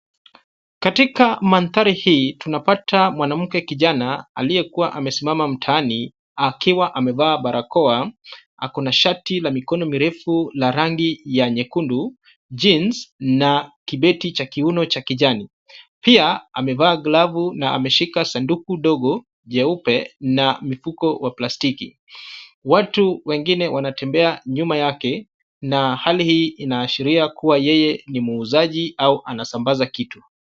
Katika mandhari hii tunapata mwanamke kijana aliyekuwa amesimama mtaani akiwa amevaa barakoa ako na shati la mikono mirefu la rangi ya nyekundu, jeans na kibeti cha kiuno cha kijani, pia amevaa glavu na ameshika sanduku dogo jeupe na mifuko wa plastiki. Watu wengine wanatembea nyuma yake na hali hii inaashiria kuwa yeye ni muuzaji au anasambaza kitu.